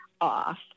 off